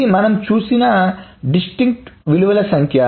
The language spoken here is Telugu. ఇది మనం చూసిన విభిన్న విలువల సంఖ్య